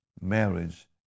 Marriage